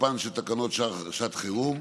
תוקפן של תקנות שעת חירום,